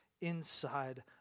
inside